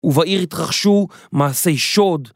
ובעיר התרחשו מעשי שוד